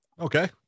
Okay